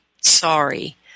sorry